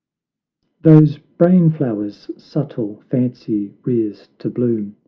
those brain-flowers subtle fancy rears to bloom,